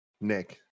Nick